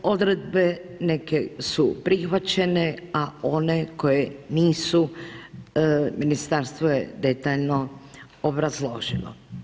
Odredbe neke su prihvaćene, a one koje nisu ministarstvo je detaljno obrazložilo.